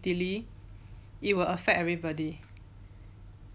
prettily it will affect everybody